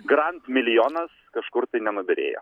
grand milijonas kažkur tai nenubyrėjo